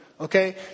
okay